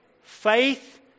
faith